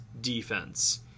defense